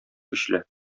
көчле